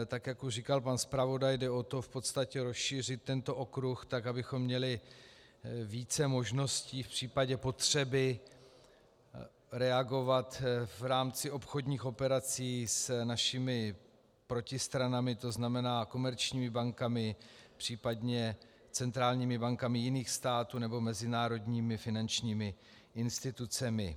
Tak jak už říkal pan zpravodaj, jde o to v podstatě rozšířit tento okruh tak, abychom měli více možností v případě potřeby reagovat v rámci obchodních operací s našimi protistranami, tzn. komerčními bankami, případně centrálními bankami jiných států nebo mezinárodními finančními institucemi.